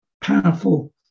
powerful